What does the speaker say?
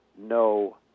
no